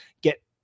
get